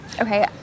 Okay